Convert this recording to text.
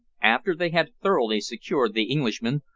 after they had thoroughly secured the englishmen,